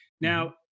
now